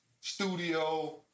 studio